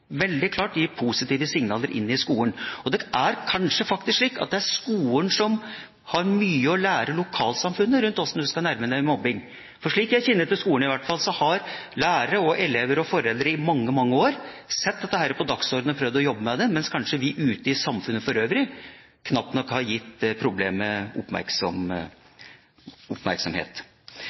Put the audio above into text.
veldig klart vil gi positive signaler til skolen. Det er kanskje slik at det er skolen som har mye å lære bort til lokalsamfunnet om hvordan man skal nærme seg mobbing. Slik jeg kjenner skolen, har lærere, elever og foreldre i mange år satt dette på dagsordenen og prøvd å jobbe med det, mens vi ute i samfunnet for øvrig knapt har gitt problemet oppmerksomhet. Jeg vil avslutte med et sitat fra SVs arbeidsprogram. Der står det: